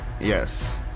Yes